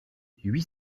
huit